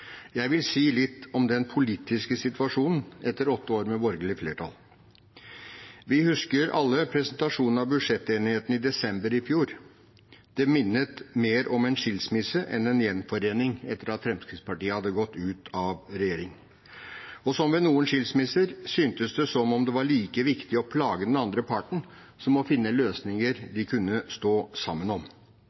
Jeg vil si litt om den politiske situasjonen etter åtte år med borgerlig flertall. Vi husker alle presentasjonen av budsjettenigheten i desember i fjor. Det minnet mer om en skilsmisse enn en gjenforening etter at Fremskrittspartiet hadde gått ut av regjering. Som ved noen skilsmisser syntes det som om det var like viktige å plage den andre parten som å finne løsninger de kunne stå sammen om.